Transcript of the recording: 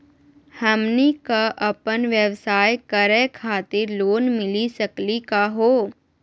हमनी क अपन व्यवसाय करै खातिर लोन मिली सकली का हो?